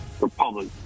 republic